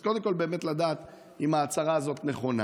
אז קודם כול, באמת לדעת אם ההצהרה הזאת נכונה.